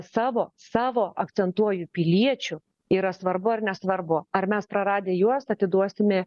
savo savo akcentuoju piliečių yra svarbu ar nesvarbu ar mes praradę juos atiduosime